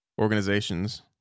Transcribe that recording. organizations